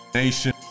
Nation